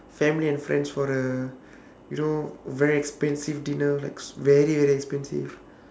family and friends for a you know very expensive dinner like very very expensive